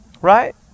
Right